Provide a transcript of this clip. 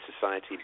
society